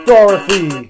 Dorothy